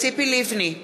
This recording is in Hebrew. ציפי לבני,